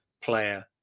player